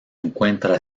encuentra